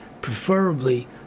preferably